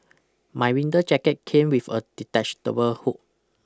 my winter jacket came with a detachable hood